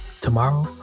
Tomorrow